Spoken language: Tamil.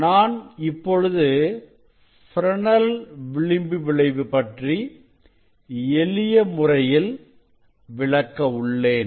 நான் இப்பொழுது ஃப்ரெனெல் விளிம்பு விளைவு பற்றி எளிய முறையில் விளக்க உள்ளேன்